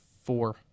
Four